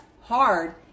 hard